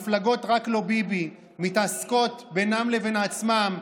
בזמן שמפלגות "רק לא ביבי" מתעסקות בינן לבין עצמן,